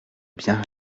bien